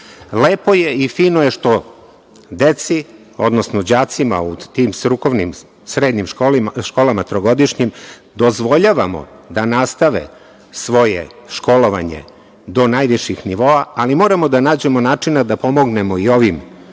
Lepo je i fino je što deci, odnosno đacima u tim strukovnim srednjim školama, trogodišnjim, dozvoljavamo da nastave svoje školovanje do najviših nivoa, ali moramo da nađemo načina da pomognemo i ovim